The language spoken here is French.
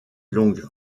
longue